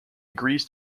agrees